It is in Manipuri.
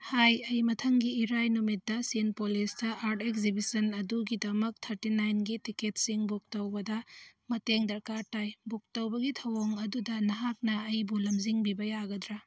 ꯍꯥꯏ ꯑꯩ ꯃꯊꯪꯒꯤ ꯏꯔꯥꯏ ꯅꯨꯃꯤꯠꯇ ꯁꯤꯟꯄꯣꯂꯤꯁꯇ ꯑꯥꯔꯠ ꯑꯦꯛꯖꯤꯕꯤꯁꯟ ꯑꯗꯨꯒꯤꯗꯃꯛ ꯊꯥꯔꯇꯤ ꯅꯥꯏꯟꯒꯤ ꯇꯤꯛꯀꯦꯠꯁꯤꯡ ꯕꯨꯛ ꯇꯧꯕꯗ ꯃꯇꯦꯡ ꯗꯔꯀꯥꯔ ꯇꯥꯏ ꯕꯨꯛ ꯇꯧꯕꯒꯤ ꯊꯧꯑꯣꯡ ꯑꯗꯨꯗ ꯅꯍꯥꯛꯅ ꯑꯩꯕꯨ ꯂꯝꯖꯤꯡꯕꯤꯕ ꯌꯥꯒꯗ꯭ꯔ